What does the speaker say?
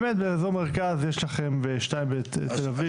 באמת, באזור מרכז יש לכם שתיים בתל אביב.